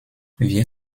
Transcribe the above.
wir